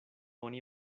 oni